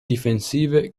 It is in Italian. difensive